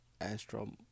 astro